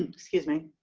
and excuse me.